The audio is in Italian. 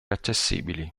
accessibili